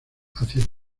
hacia